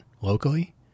locally